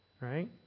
right